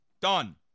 Done